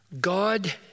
God